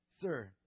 sir